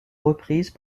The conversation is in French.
reprise